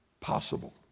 possible